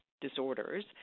disorders